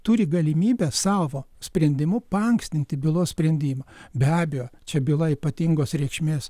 turi galimybę savo sprendimu paankstinti bylos sprendimą be abejo čia byla ypatingos reikšmės